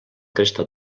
cresta